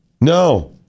No